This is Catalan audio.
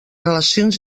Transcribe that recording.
relacions